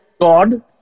God